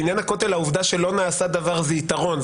בעניין הכותל העובדה שלא נעשה דבר זה יתרון,